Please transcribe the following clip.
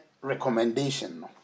recommendation